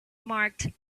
marked